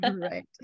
right